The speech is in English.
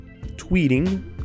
tweeting